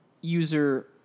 User